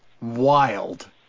wild